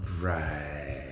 Right